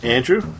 Andrew